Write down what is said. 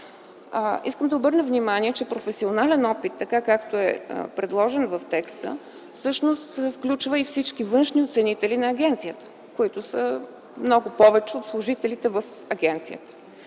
Искам да обърна внимание, че „професионален опит”, така както е предложен в текста, всъщност включва и всички външни оценители на агенцията, които са много повече от служителите в агенцията.